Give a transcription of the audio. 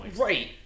Right